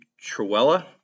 Truella